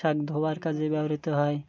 শাক ধোওয়ার কাজে ব্যবহৃতে হয়